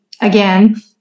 again